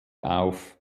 auf